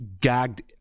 gagged